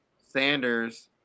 Sanders